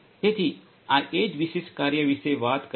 તેથી આ એ જ વિશેષ કાર્ય વિશે વાત કરે છે